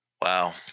Wow